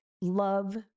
love